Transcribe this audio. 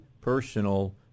personal